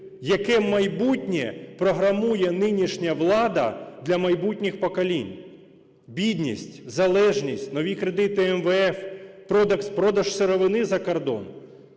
Яке майбутнє програмує нинішня влада для майбутніх поколінь? Бідність, залежність, нові кредити МВФ, продаж сировини за кордон.